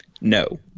No